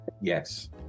Yes